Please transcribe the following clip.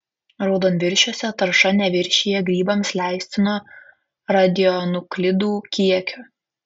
raudonviršiuose tarša neviršija grybams leistino radionuklidų kiekio